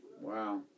Wow